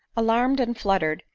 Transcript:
alarmed and fluttered,